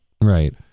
right